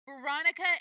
Veronica